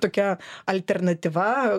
tokia alternatyva